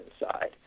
inside